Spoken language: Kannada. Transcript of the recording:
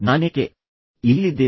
ನಾನೇಕೆ ಇಲ್ಲಿದ್ದೇನೆ